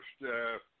first